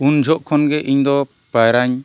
ᱩᱱ ᱡᱚᱦᱚᱜ ᱠᱷᱚᱱ ᱜᱮ ᱤᱧ ᱫᱚ ᱯᱟᱭᱨᱟᱧ